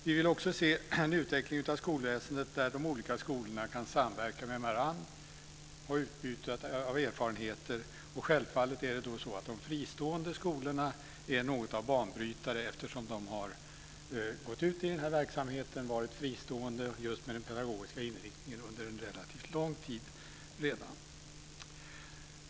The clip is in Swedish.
Vi vill också se en utveckling av skolväsendet där de olika skolorna kan samverka med varandra och utbyta erfarenheter. Då är självfallet de fristående skolorna något av banbrytare eftersom de har gått ut i den här verksamheten och under en relativt lång tid varit fristående när det gäller den pedagogiska inriktningen.